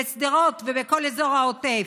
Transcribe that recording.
בשדרות ובכל אזור העוטף.